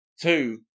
Two